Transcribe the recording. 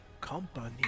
Company